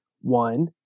one